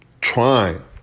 trying